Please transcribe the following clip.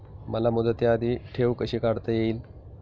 मला मुदती आधी ठेव कशी काढता येईल?